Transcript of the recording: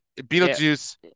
beetlejuice